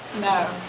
No